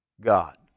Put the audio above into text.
God